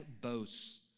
boasts